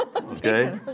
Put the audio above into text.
Okay